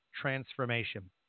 transformation